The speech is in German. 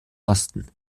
osten